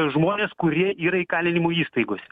žmones kurie yra įkalinimo įstaigose